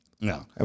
No